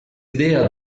idea